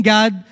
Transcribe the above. God